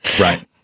Right